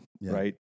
right